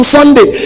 Sunday